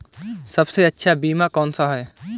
सबसे अच्छा बीमा कौनसा है?